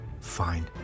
Fine